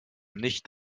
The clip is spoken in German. nicht